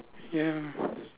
ya